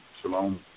Shalom